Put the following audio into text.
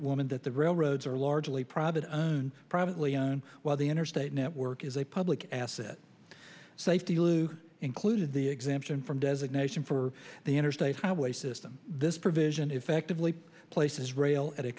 woman that the railroads are largely prodded and privately owned while the interstate network is a public asset safety lou including the exemption from designation for the interstate highway system this provision effectively places rail at a